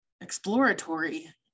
exploratory